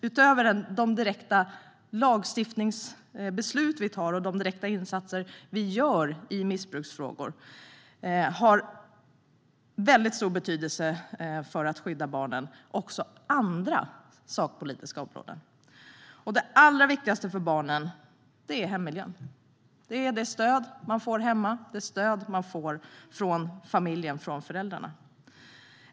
Utöver den direkta lagstiftning och de direkta insatser som görs i missbruksfrågor har andra politiska insatser mycket stor betydelse för att skydda barnen. Det allra viktigaste för barnen är hemmiljön. Det handlar om det stöd de får hemma, det stöd de får från familjen och från föräldrarna.